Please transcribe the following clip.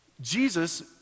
Jesus